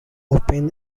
open